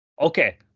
Okay